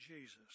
Jesus